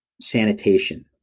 sanitation